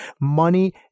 Money